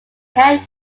head